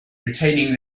retaining